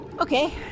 Okay